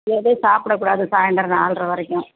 எதுவும் சாப்பிடக்கூடாது சாய்ந்திரம் நால்ரை வரைக்கும்